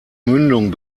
mündung